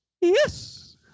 Yes